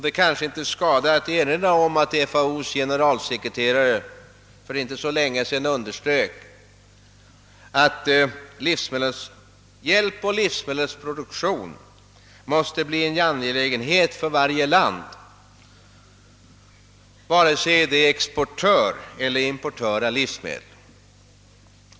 Det kanske inte skadar att erinra om att FAO:s generalsekreterare för inte så länge sedan underströk att livsmedelshjälp och livsmedelsproduktion måste bli en angelägenhet för varje land, vare sig detta är exportör eller importör av livsmedel.